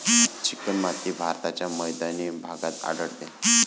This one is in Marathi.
चिकणमाती भारताच्या मैदानी भागात आढळते